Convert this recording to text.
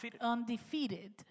undefeated